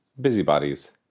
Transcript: busybodies